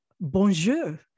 bonjour